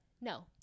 no